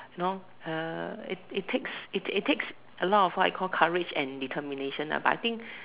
you know uh it it takes it it takes a lot of what you call courage and determination ah but I think